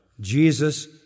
Jesus